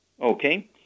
Okay